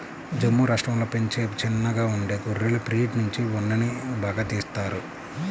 జమ్ము రాష్టంలో పెంచే చిన్నగా ఉండే గొర్రెల బ్రీడ్ నుంచి ఉన్నిని బాగా తీత్తారు